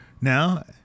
Now